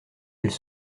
elles